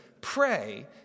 pray